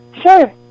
Sure